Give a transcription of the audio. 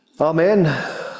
Amen